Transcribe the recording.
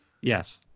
yes